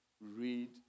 read